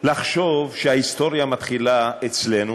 לחשוב שההיסטוריה מתחילה אצלנו